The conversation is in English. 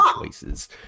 choices